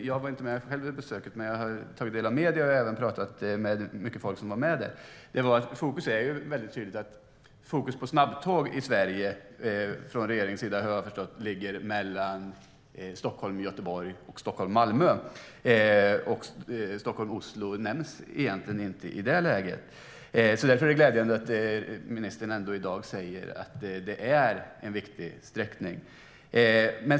Jag var inte själv med vid besöket, men jag har tagit del av medier och även talat med folk som var med där, och det som oroade var att fokus på snabbtåg i Sverige från regeringens sida ligger väldigt mycket på Stockholm-Göteborg och Stockholm-Malmö. Stockholm-Oslo nämns egentligen inte i det läget. Därför är det glädjande att ministern i dag säger att det är en viktig sträckning.